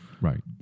Right